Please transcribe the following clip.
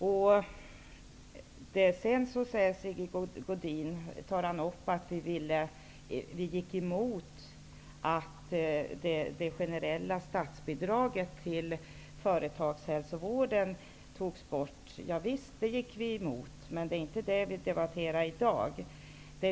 Vidare säger Sigge Godin att vi gick emot att det generella statsbidraget till företagshälsovården togs bort. Javisst, det gick vi emot. Men det är inte den frågan som debatteras i dag.